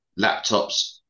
laptops